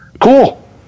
cool